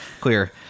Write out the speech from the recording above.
Clear